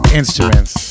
instruments